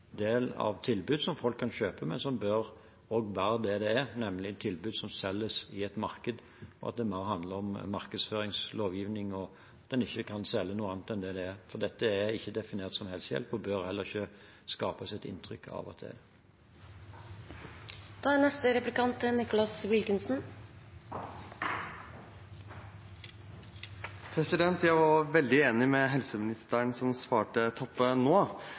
del av tilbudene som folk kan kjøpe, men som også bør være det det er, nemlig tilbud som selges i et marked, og at det mer handler om markedsføringslovgivning og at en ikke kan selge noe annet enn det det er. For dette er ikke definert som helsehjelp, og det bør heller ikke skapes et inntrykk av at det er det. Jeg var veldig enig med helseministeren, som svarte Toppe nå,